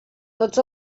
tots